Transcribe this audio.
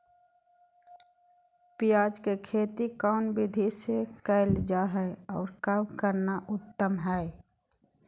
प्याज के खेती कौन विधि से कैल जा है, और कब करना उत्तम है?